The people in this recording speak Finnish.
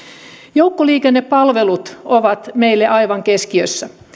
joukkoliikennepalvelut ovat meillä aivan keskiössä